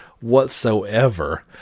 whatsoever